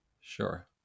Sure